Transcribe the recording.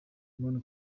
mon